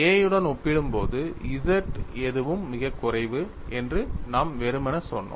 A உடன் ஒப்பிடும்போது z எதுவும் மிகக் குறைவு என்று நாம் வெறுமனே சொன்னோம்